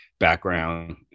background